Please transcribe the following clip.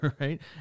right